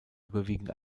überwiegend